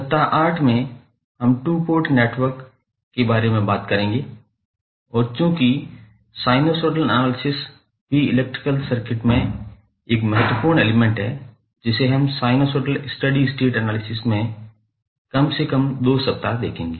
सप्ताह 8 में हम 2 पोर्ट नेटवर्क के बारे में बात करेंगे और चूंकि साइनसोइडल एनालिसिस भी इलेक्ट्रिक सर्किट में एक महत्वपूर्ण एलिमेंट है जिसे हम साइनसोइडल स्टेडी स्टेट एनालिसिस में कम से कम 2 सप्ताह देखेंगे